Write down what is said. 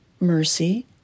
mercy